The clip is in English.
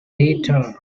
later